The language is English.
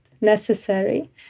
necessary